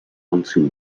until